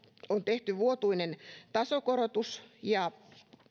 on tehty vuotuinen tasokorotus ja